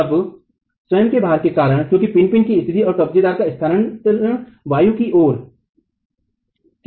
अब स्वयं के भार के कारण क्योंकि पिन पिन की स्थिति और कब्जेदार का स्थानातरण वायु की ओर के किनारे पे है